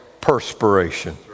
perspiration